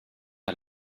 der